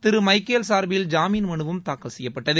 திரு Michael சார்பில் ஜாமீன் மனுவும் தாக்கல் செய்யப்பட்டது